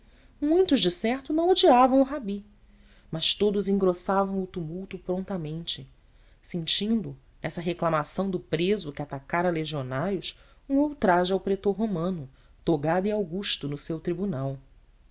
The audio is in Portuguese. muitos decerto não odiavam o rabi mas todos engrossavam o tumulto prontamente sentindo nessa reclamação do preso que atacara legionários um ultraje ao pretor romano togado e augusto no seu tribunal